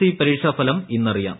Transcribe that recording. C പരീക്ഷാഫലം ഇന്നറിയാം